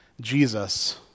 Jesus